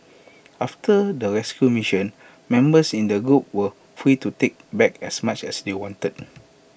after the rescue mission members in the group were free to take back as much as they wanted